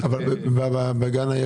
על זה תקציבנית המשרד תדע לענות.